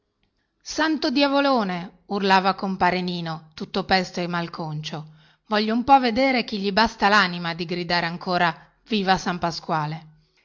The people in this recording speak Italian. santo diavolone urlava compare nino tutto pesto e malconcio voglio un po vedere chi gli basta lanima di gridare ancora viva san pasquale